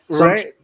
Right